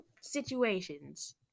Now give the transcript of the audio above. situations